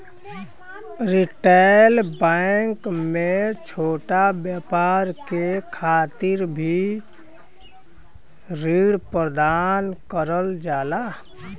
retail bank में छोटा व्यापार के खातिर भी ऋण प्रदान करल जाला